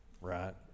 right